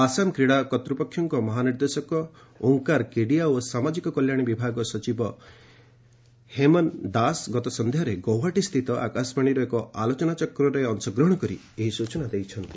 ଆସାମ କ୍ରୀଡ଼ା କର୍ତ୍ତୃପକ୍ଷଙ୍କ ମହାନିର୍ଦ୍ଦେଶକ ଓଙ୍କାର କେଡ଼ିଆ ଓ ସାମାଜିକ କଲ୍ୟାଣ ବିଭାଗ ସଚିବ ହେମେନ ଦାସ ଗତ ସନ୍ଧ୍ୟାରେ ଗୌହାଟୀସ୍ଥିତ ଆକାଶବାଣୀର ଏକ ଆଲୋଚନାଚକ୍ରରେ ଅଂଶଗ୍ରହଣ କରି ଏହି ସ୍ବଚନା ଦେଇଛନ୍ତି